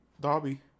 Dobby